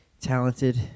talented